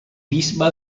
bisbe